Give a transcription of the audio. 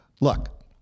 look